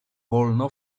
wolno